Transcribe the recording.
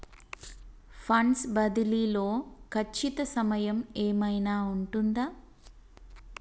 Funds బదిలీ లో ఖచ్చిత సమయం ఏమైనా ఉంటుందా?